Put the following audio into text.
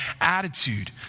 attitude